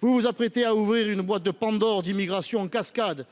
Vous vous apprêtez à ouvrir la boîte de Pandore de l’immigration en cascade.